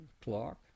Clock